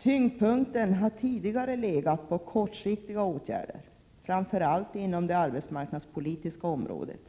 Tyngdpunkten har tidigare legat på kortsiktiga åtgärder framför allt inom det arbetsmarknadspolitiska området.